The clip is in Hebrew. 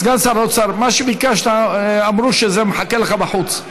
סגן שר האוצר, מה שביקשת, אמרו שזה מחכה לך בחוץ.